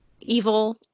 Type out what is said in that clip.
evil